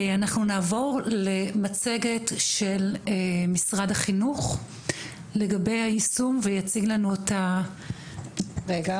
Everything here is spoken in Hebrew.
אנחנו נעבור למצגת של משרד החינוך לגבי היישום ויציג לנו אותה יובל